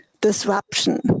disruption